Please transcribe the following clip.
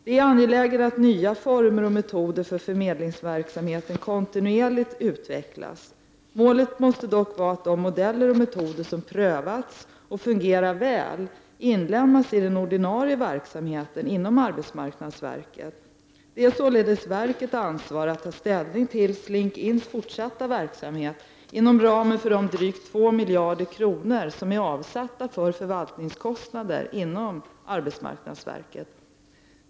Det är angeläget att nya former och metoder för förmedlingsverksamhet kontinuerligt utvecklas. Målet måste dock vara att de modeller och metoder som prövats och fungerar väl inlemmas i den ordinarie verksamheten inom arbetsmarknadsverket. Det är således verkets ansvar att ta ställning till Slink Ins fortsatta verksamhet inom ramen för de drygt 2 miljarder kronor som är avsatta för förvaltningskostnader inom arbetsmarknadsverket.